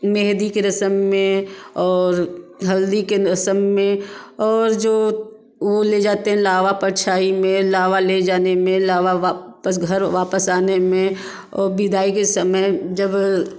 मेहंदी की रसम में और हल्दी की रसम में और जो वो ले जाते हैं लावा परछाई में लावा ले जाने में लावा वापस घर वापस आने में ओ बिदाई के समय जब